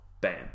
bam